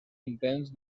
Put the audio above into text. intents